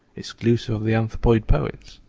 exclusive of the anthropoid poets.